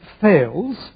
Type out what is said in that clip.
fails